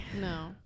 No